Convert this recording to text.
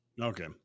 okay